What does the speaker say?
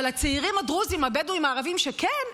אבל הצעיר הדרוזי, הבדואי, הערבי, שכן,